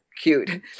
cute